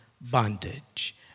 bondage